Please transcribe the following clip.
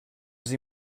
sie